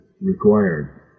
required